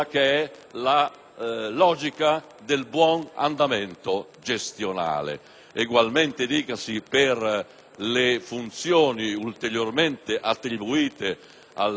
alla logica del buon andamento gestionale.